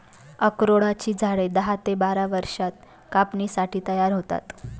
अक्रोडाची झाडे दहा ते बारा वर्षांत कापणीसाठी तयार होतात